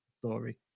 story